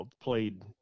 played